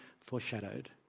foreshadowed